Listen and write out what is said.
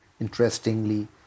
Interestingly